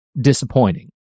disappointing